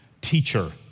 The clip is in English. teacher